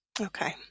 Okay